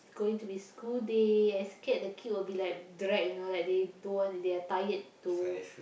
it's going to be school day I scared the queue will be like drag you know like they don't want they are tired to